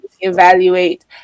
evaluate